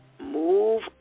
Move